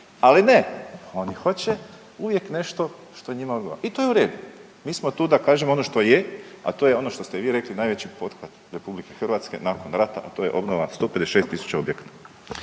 Ali ne oni hoće uvijek nešto što njima odgovara. I to je u redu. Mi smo tu da kažemo ono što je, a to je ono što ste vi rekli najveći pothvat RH nakon rata, a to je obnova 156.000 objekata.